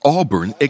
Auburn